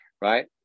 Right